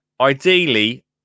ideally